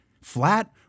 flat